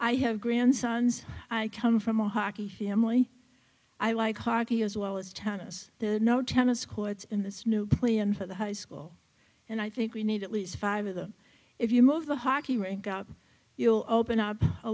i have grandsons i come from a hockey family i like harvey as well as tennis the no tennis courts in the snow play in for the high school and i think we need at least five of them if you move the hockey rink up you'll open up a